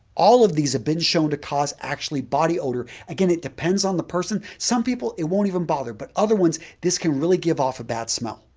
all of these have been shown to cause actually body odor. again, it depends on the person. some people, it won't even bother, but other ones, this can really give off a bad smell.